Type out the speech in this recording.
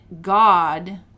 God